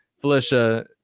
Felicia